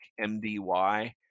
MDY